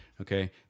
Okay